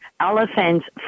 elephants